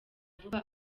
vuba